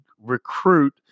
recruit